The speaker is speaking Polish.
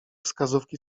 wskazówki